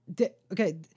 Okay